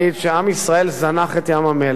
שעם ישראל זנח את ים-המלח,